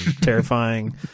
terrifying